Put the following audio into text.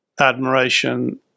admiration